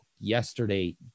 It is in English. yesterday